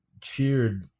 cheered